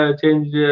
change